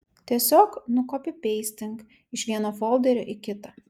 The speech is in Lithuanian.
tiesiog nukopipeistink iš vieno folderio į kitą